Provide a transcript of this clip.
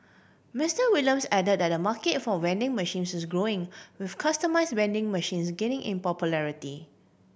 Mister Williams added that the market for vending machines is growing with customise vending machines gaining in popularity